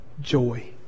joy